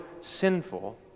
sinful